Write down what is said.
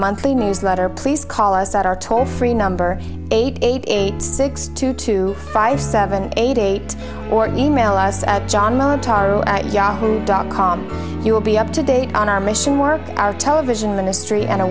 monthly newsletter please call us at our toll free number eight eight eight six two two five seven eight eight or new mail us at john tyro at yahoo dot com you will be up to date on our mission work our television ministry and